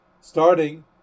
starting